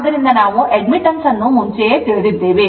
ಆದ್ದರಿಂದ ನಾವು admittance ಅನ್ನು ಮೊದಲೇ ತಿಳಿದಿದ್ದೇವೆ